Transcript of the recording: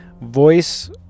voice